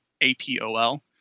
A-P-O-L